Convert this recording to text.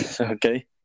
Okay